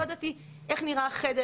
לא ידעתי איך נראה החדר,